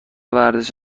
ورزش